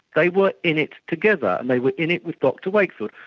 they were in it together. and they were in it with dr wakefield.